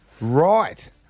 Right